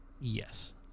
Yes